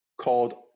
called